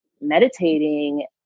meditating